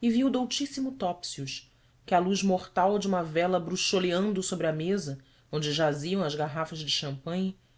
e vi o doutíssimo topsius que à luz mortal de uma vela bruxuleando sobre a mesa onde jaziam as garrafas de champagne